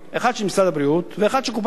אחד של משרד הבריאות ואחד של קופת-החולים,